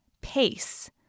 pace